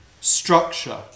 structure